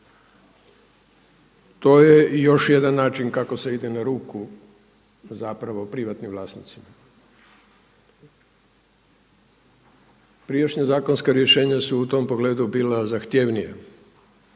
To je i još jedan način kako se ide na ruku zapravo privatnim vlasnicima. Prijašnja zakonska rješenja su u tom pogledu bila zahtjevnija